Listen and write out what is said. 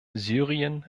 syrien